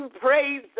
praise